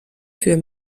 für